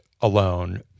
alone